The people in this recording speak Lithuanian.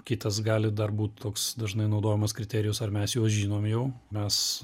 kitas gali dar būt toks dažnai naudojamas kriterijus ar mes juos žinom jau mes